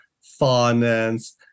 finance